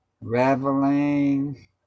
Reveling